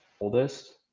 oldest